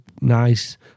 nice